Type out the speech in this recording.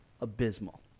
abysmal